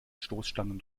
stoßstangen